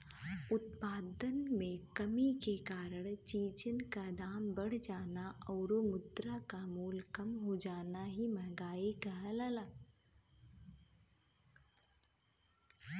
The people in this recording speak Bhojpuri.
उत्पादन में कमी के कारण चीजन क दाम बढ़ जाना आउर मुद्रा क मूल्य कम हो जाना ही मंहगाई कहलाला